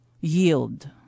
yield